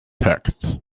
texts